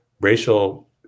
racial